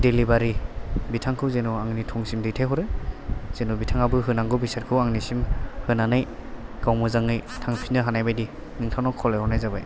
दिलिबारि बिथांखौ जेन' आंनि थं सिम दैथाय हरो जेन' बिथाङाबो होनांगौ बेसादखौ आंनिसिम होनानै गाव मोजाङै थांफिनो हानाय बादि नाेंथांनाव खावलाय हरनाय जाबाय